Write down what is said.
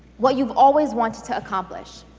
what you've always wanted to accomplish.